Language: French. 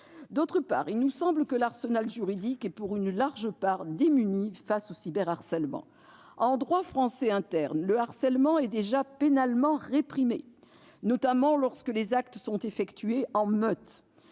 D'autre part, il nous semble que l'arsenal juridique est, pour une large part, insuffisant face au cyberharcèlement. En droit français, le harcèlement est déjà pénalement réprimé, notamment lorsque les actes sont effectués en meute.